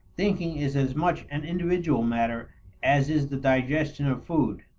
thinking is as much an individual matter as is the digestion of food.